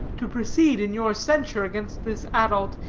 to proceed in your censure against this adult,